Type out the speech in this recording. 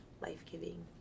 life-giving